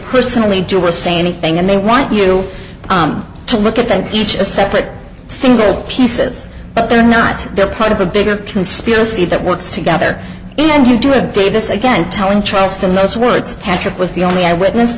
personally do or say anything and they want you to look at them each a separate single pieces but they're not they're part of a bigger conspiracy that works together and you do it davis again telling charleston those words patrick was the only eyewitness